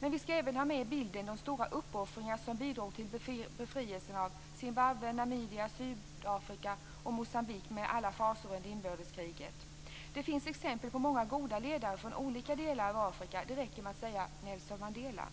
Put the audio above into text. Men vi skall även ha med i bilden de stora uppoffringar som bidrog till befrielsen av Zimbabwe, Namibia, Sydafrika och Moçambique, med alla fasor under inbördeskriget. Det finns exempel på många goda ledare från olika delar av Afrika. Det räcker med att säga Nelson Mandela.